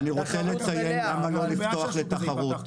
אני רוצה לומר למה לא לפתוח לתחרות.